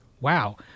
Wow